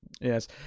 Yes